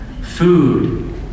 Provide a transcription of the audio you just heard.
Food